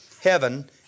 heaven